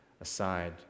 aside